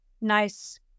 nice